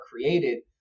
created